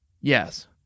Yes